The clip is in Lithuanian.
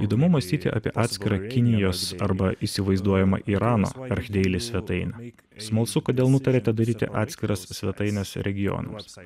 įdomu mąstyti apie atskirą kinijos arba įsivaizduojamą irano archdeili svetainę smalsu kodėl nutarėte daryti atskiras svetaines regionuose